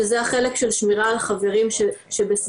שזה החלק של שמירה על החברים שבסביבתי,